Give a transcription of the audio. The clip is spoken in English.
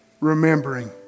remembering